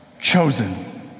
Chosen